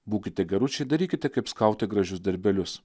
būkite geručiai darykite kaip skautai gražius darbelius